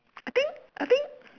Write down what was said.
I think I think